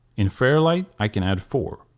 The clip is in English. in fairlight i can add four.